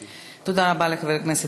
בכל פעם, כל חברי הכנסת